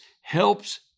helps